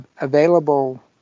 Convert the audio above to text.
available